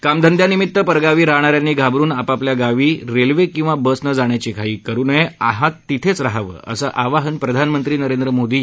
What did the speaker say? कामधंद्यानिमित्त परगावी राहणाऱ्यांनी घाबरून आपापल्या गावी रेल्वे किवा बसने जाण्याची घाई करु नये आहेत तिथेच रहावं असं आवाहन प्रधानमंत्री नरेंद्र मोदी यांनी केलं आहे